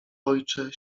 ojcze